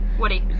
Woody